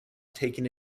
taking